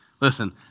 Listen